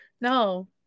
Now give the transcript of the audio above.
No